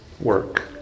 work